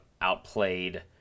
outplayed